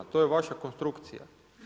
To je vaša konstrukcija.